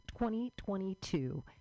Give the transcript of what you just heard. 2022